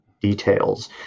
details